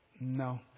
no